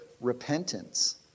repentance